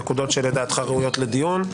הנקודות שלדעתך ראויות לדיון.